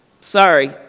Sorry